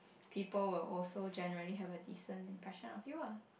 people will also generally have a decent impression of you ah